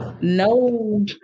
no